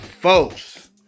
folks